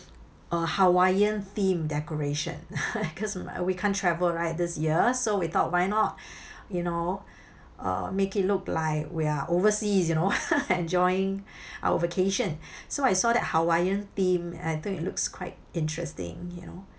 a hawaiian themed decoration cause my we can't travel right this year so we thought why not you know uh make it look like we're overseas you know enjoying our vacation so I saw that hawaiian theme I think it looks quite interesting you know